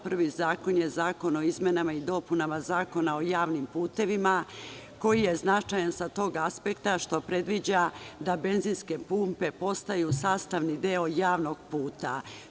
Prvi zakon je Zakon o izmenama i dopunama Zakona o javnim putevima, koji je značajan sa tog aspekta što predviđa da benzinske pumpe postaju sastavni deo javnog puta.